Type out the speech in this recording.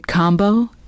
Combo